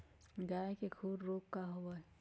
गाय के खुर रोग का होबा हई?